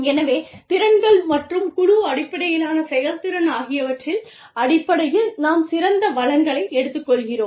எனவே திறன்கள் மற்றும் குழு அடிப்படையிலான செயல்திறன் ஆகியவற்றின் அடிப்படையில் நாம் சிறந்த வளங்களை எடுத்துக்கொள்கிறோம்